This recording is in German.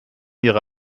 ihre